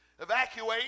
Evacuate